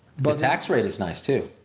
but tax rate is nice too.